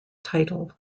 title